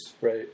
Right